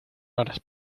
horas